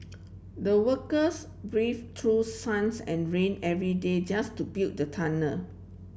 the workers brave through suns and rain every day just to build the tunnel